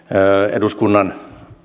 eduskunnan